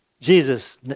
Jesus